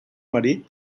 marit